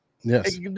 Yes